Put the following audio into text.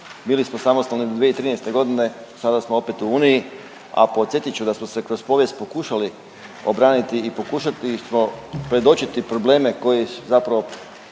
Bili smo samostalni do 2013. godine, sada smo opet u Uniji, a podsjetit ću da smo se kroz povijest pokušali obraniti i pokušali smo predočiti probleme koji zapravo